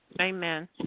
Amen